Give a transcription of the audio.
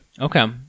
Okay